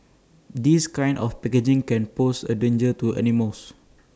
this kind of packaging can pose A danger to animals